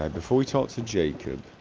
um before we talk to jacob